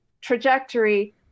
trajectory